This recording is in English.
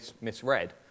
misread